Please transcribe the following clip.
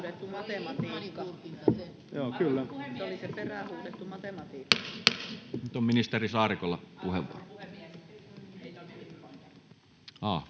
Nyt on ministeri Saarikolla puheenvuoro.